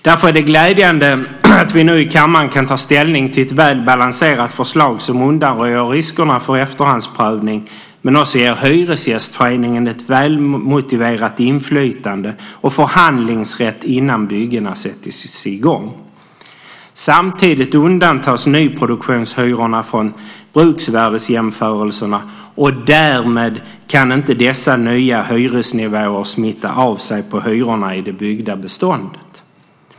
Därför är det glädjande att vi nu i kammaren kan ta ställning till ett väl balanserat förslag som undanröjer riskerna för efterhandsprövning och som också ger Hyresgästföreningen ett välmotiverat inflytande och förhandlingsrätt innan byggena sätts i gång. Samtidigt undantas nyproduktionshyrorna från bruksvärdesjämförelserna, och därmed kan dessa nya hyresnivåer inte smitta av sig på hyrorna i det byggda beståndet.